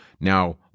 Now